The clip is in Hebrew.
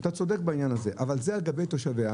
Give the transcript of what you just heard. אתה צודק בעניין הזה, אבל זה על גבי תושביה.